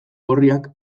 gorriak